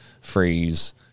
freeze